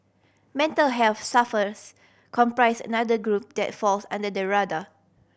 mental health suffers comprise another group that falls under the radar